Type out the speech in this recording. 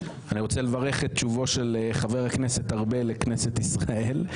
אני רוצה לברך את שובו של חבר הכנסת ארבל לכנסת ישראל.